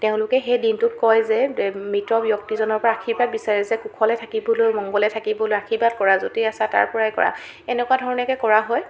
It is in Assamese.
তেওঁলোকে সেই দিনটোত কয় যে মৃত ব্যক্তিজনৰ পৰা আশীৰ্বাদ বিচাৰে যে কুশলে থাকিবলৈ মঙ্গলে থাকিবলৈ আশীৰ্বাদ কৰা য'তেই আছা তাৰপৰাই কৰা এনেকুৱা ধৰণকে কৰা হয়